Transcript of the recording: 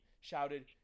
shouted